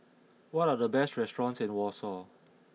what are the best restaurants in Warsaw